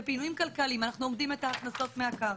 בפינויים כלכליים אנחנו אומדים את ההכנסות מהקרקע,